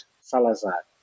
Salazar